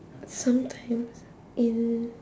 sometimes in